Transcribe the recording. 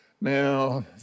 now